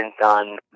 done